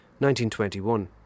1921